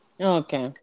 Okay